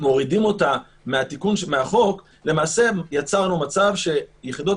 מורידים אותה מהחוק יצרנו מצב שיחידות